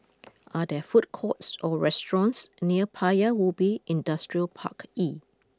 are there food courts or restaurants near Paya Ubi Industrial Park E